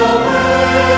away